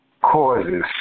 causes